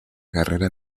carrera